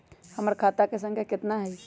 हमर खाता के सांख्या कतना हई?